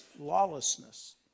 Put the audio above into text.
lawlessness